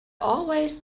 always